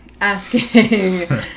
Asking